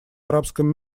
арабском